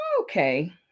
okay